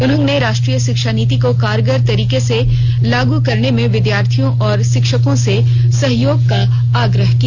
उन्होंने राष्ट्रीय शिक्षा नीति को कारगर तरीके से लागू करने में विद्यार्थियों और शिक्षकों से सहयोग का आग्रह किया